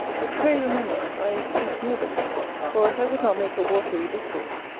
but, pray remember, i accuse nobody for as i would not make a watery discourse,